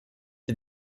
for